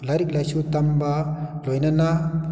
ꯂꯥꯏꯔꯤꯛ ꯂꯥꯏꯁꯨ ꯇꯝꯕ ꯂꯣꯏꯅꯅ